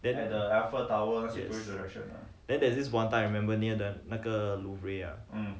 then yes then there is one time I remember like near the 那个 louvre ah